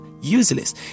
useless